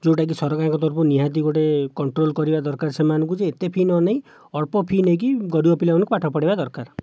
ଯେଉଁଟାକି ସରକାରଙ୍କ ତରଫରୁ ନିହାତି ଗୋଟିଏ କଣ୍ଟ୍ରୋଲ କରିବା ଦରକାର ସେମାନଙ୍କୁ ଯେ ଏତେ ଫି ନ ନେଇ ଅଳ୍ପ ଫି ନେଇକି ଗରିବ ପିଲାମାନଙ୍କୁ ପାଠ ପଢ଼ାଇବା ଦରକାର